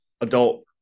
adult